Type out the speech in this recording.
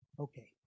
Okay